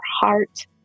heart